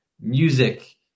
music